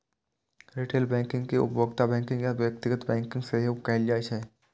retail banking कें उपभोक्ता banking या व्यक्तिगत बैंकिंग सेहो कहल जाइ छै